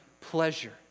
pleasure